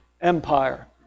Empire